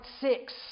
six